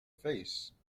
face